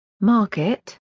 Market